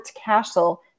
Castle